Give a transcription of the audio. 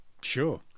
Sure